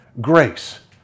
grace